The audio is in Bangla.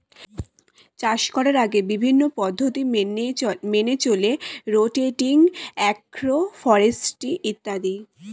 চাষ করার আগে বিভিন্ন পদ্ধতি মেনে চলে রোটেটিং, অ্যাগ্রো ফরেস্ট্রি ইত্যাদি